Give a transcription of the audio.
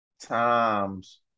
Times